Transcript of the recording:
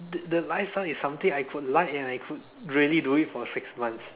the lifestyle is something that I could like and I could really do it for six months